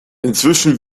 inzwischen